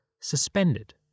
suspended